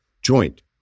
joint